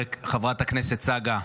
חברת הכנסת צגה,